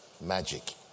magic